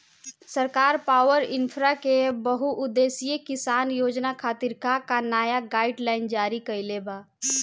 सरकार पॉवरइन्फ्रा के बहुउद्देश्यीय किसान योजना खातिर का का नया गाइडलाइन जारी कइले बा?